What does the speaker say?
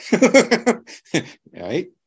right